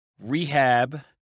rehab